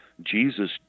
Jesus